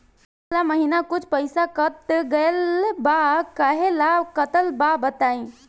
पिछला महीना कुछ पइसा कट गेल बा कहेला कटल बा बताईं?